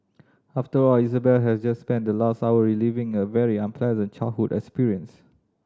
after all Isabel had just spent the last hour reliving a very unpleasant childhood experience